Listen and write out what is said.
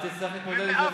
אז תצטרך להתמודד עם זה.